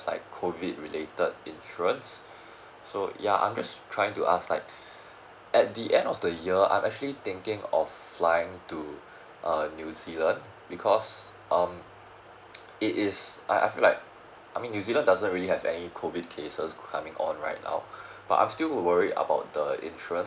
like COVID related insurance so ya I'm just trying to ask like at the end of the year I'm actually thinking of flying to uh new zealand because um it is I I feel like I mean new zealand doesn't really have any COVID cases coming on right now but I'm still worry about the insurance